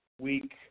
week